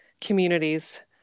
communities